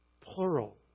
Plural